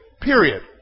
period